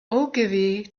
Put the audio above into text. ogilvy